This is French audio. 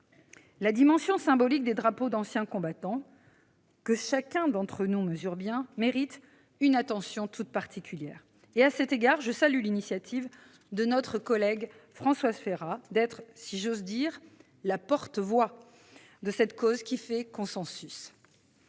La dimension symbolique des drapeaux d'associations d'anciens combattants, que chacun d'entre nous mesure bien, mérite une attention toute particulière. À cet égard, je salue l'initiative de notre collègue Françoise Férat, qui s'est faite, si j'ose dire, la porte-voix de cette cause qui fait consensus.